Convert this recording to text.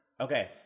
Okay